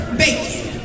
bacon